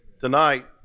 Tonight